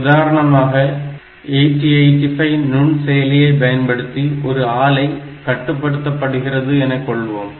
உதாரணமாக 8085 நுண்செயலியை பயன்படுத்தி ஒரு ஆலை கட்டுப்படுத்தப்படுகிறது எனக் கொள்வோம்